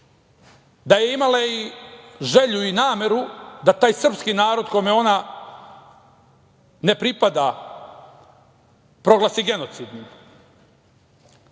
da je imala želju i nameru da taj srpski narod, kome ona ne pripada, proglasi genocidnim. Pošto